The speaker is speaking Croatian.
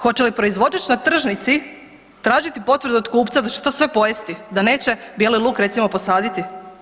Hoće li proizvođač na tržnici tražiti potvrdu od kupca da će to sve pojesti da neće bijeli luk recimo posaditi.